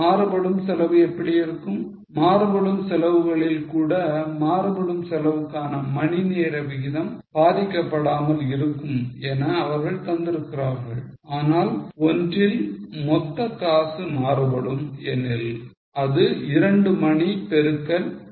மாறுபடும் செலவு எப்படி இருக்கும் மாறுபடும் செலவுகளில் கூட மாறுபடும் செலவுக்கான மணி நேர விகிதம் பாதிக்கப்படாமல் இருக்கும் என அவர்கள் தந்திருக்கிறார்கள் ஆனால் ஒன்றின் மொத்த காசு மாறுபடும் ஏனெனில் அது இரண்டு மணி பெருக்கல் 2